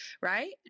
right